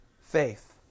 faith